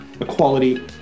equality